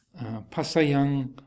pasayang